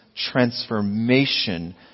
transformation